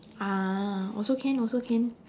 ah also can also can